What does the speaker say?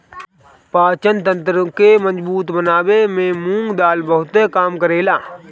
पाचन तंत्र के मजबूत बनावे में मुंग दाल बहुते काम करेला